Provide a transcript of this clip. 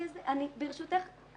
ברשותך,